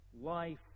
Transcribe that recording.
life